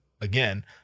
again